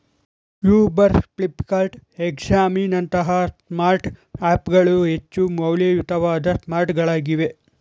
Uber, Flipkart, ಎಕ್ಸಾಮಿ ನಂತಹ smart app ಗಳು ಹೆಚ್ಚು ಮೌಲ್ಯಯುತವಾದ ಸ್ಮಾರ್ಟ್ಗಳಾಗಿವೆ